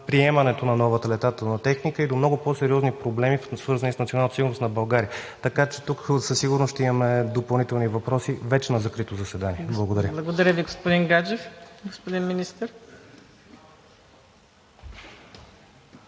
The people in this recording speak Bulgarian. приемането на новата летателна техника и до много по-сериозни проблеми, свързани с националната сигурност на България. Така че тук със сигурност ще имаме допълнителни въпроси вече на закрито заседание. Благодаря. ПРЕДСЕДАТЕЛ МУКАДДЕС НАЛБАНТ: